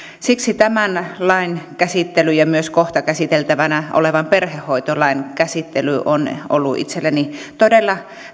siksi tämän lain käsittely ja myös kohta käsiteltävänä olevan perhehoitolain käsittely ovat olleet itselleni todella